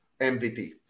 MVP